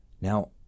Now